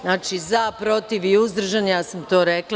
Znači, za, protiv i uzdržani, ja sam to rekla.